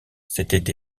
s’était